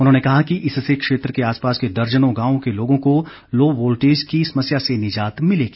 उन्होंने कहा कि इससे क्षेत्र के आसपास के दर्जनों गांवों के लोगों को लो वोल्टेज की समस्या से निजात मिलेगी